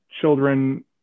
children